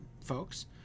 folks